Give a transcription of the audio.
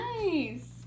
Nice